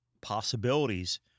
possibilities